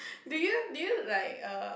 do you do you like err